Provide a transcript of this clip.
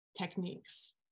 techniques